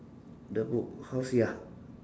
the book house ya